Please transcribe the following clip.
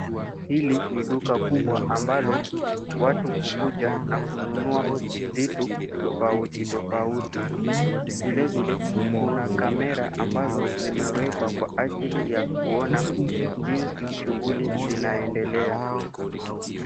Hili ni duka kubwa ambalo watu hukuja na kununua vitu tofauti tofauti. Vilevile kuna kamera ambazo zimewekwa kwa ajili ya kuona jinsi shughuli zinaendelea.